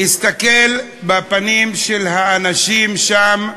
להסתכל בפנים של האנשים שם,